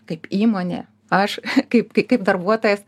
kaip įmonė aš kaip kaip darbuotojas